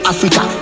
Africa